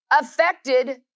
affected